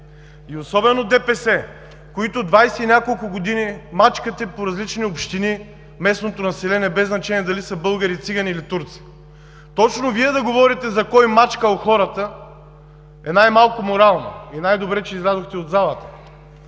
и особено ДПС, които двадесет и няколко години мачкате по различни общини местното население, без значение дали са българи, цигани или турци. Точно Вие да говорите кой мачкал хората е най-малко морално. И най-добре, че излязохте от залата.